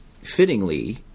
fittingly